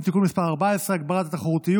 (תיקון מס' 14) (הגברת התחרותיות).